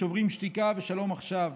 שוברים שתיקה ושלום עכשיו.